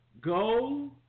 Go